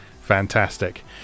fantastic